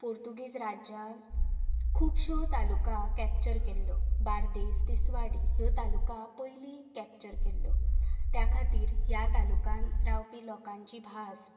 पुर्तुगीज राज्यान खुबशो तालुका कॅप्चर केल्ल्यो बार्देस तिसवाडी ह्यो तालुका पयलीं कॅप्चर केल्ल्यो त्या खातीर ह्या तालुक्यांनी रावपी लोकांची भास